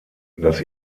das